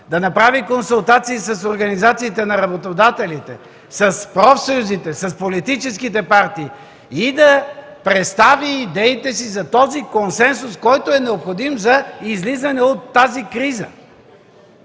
да направи консултации с организациите на работодателите, с профсъюзите, с политическите партии и да представи идеите си за този консенсус, необходим за излизането от кризата.